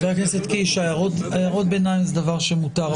חבר הכנסת קיש, הערות ביניים זה דבר שמותר.